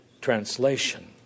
translation